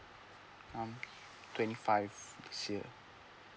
I'm twenty five this year